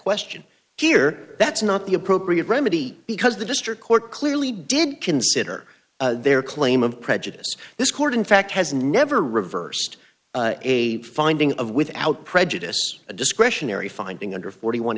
question here that's not the appropriate remedy because the district court clearly did consider their claim of prejudice this court in fact has never reversed a finding of without prejudice a discretionary finding under forty one